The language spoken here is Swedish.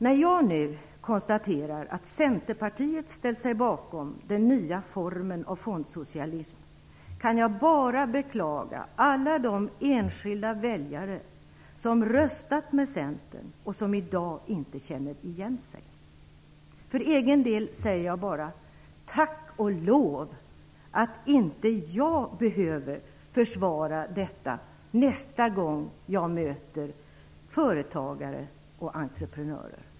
När jag nu konstaterar att Centerpartiet ställt sig bakom den nya formen av fondsocialism kan jag bara beklaga alla de enskilda väljare som röstat med Centern och som i dag inte känner igen sig. För egen del säger jag bara: Tack och lov att inte jag behöver försvara detta nästa gång jag möter företagare och entreprenörer!